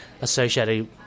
associated